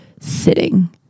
sitting